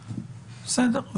בסדר.